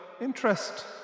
interest